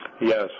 Yes